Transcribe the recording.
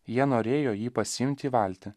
jie norėjo jį pasiimti į valtį